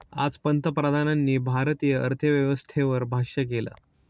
आज पंतप्रधानांनी भारतीय अर्थव्यवस्थेवर भाष्य केलं